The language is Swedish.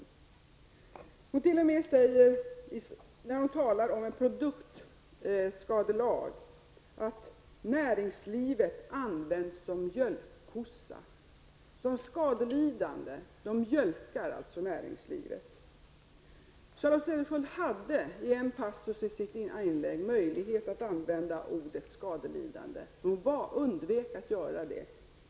När hon talar om en produktskadelag säger hon t.o.m. att näringslivet ''används som mjölkkossa''. De skadelidande mjölkar alltså näringslivet. Charlotte Cederschiöld hade i en passus i sitt inlägg möjlighet att använda ordet skadelidande, men hon undvek att göra det.